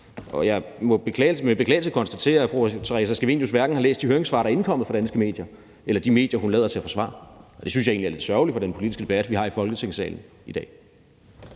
Og jeg må med beklagelse konstatere, at fru Theresa Scavenius hverken har læst de høringssvar, der er indkommet fra danske medier, eller de medier, hun lader til at forsvare. Og det synes jeg egentlig er lidt sørgeligt for den politiske debat, vi har i Folketingssalen i dag.